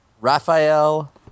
Raphael –